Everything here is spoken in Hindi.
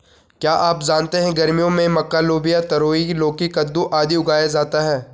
क्या आप जानते है गर्मियों में मक्का, लोबिया, तरोई, लौकी, कद्दू, आदि उगाया जाता है?